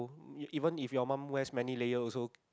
even if you mum wear many layer also